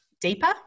deeper